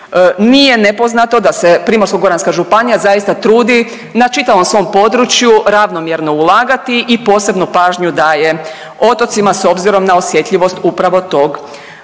nije nepoznato da se Primorsko-goranska županija zaista trudi na čitavom svom području ravnomjerno ulagati i posebnu pažnju daje otocima s obzirom na osjetljivost upravo tog